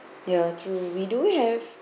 ya true we do have